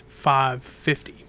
5:50